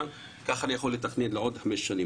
כך אני יכול לתכנן לעוד 5 שנים.